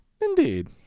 Indeed